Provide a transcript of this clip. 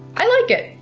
i like it!